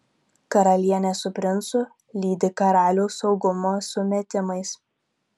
karalienė su princu lydi karalių saugumo sumetimais